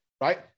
right